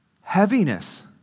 heaviness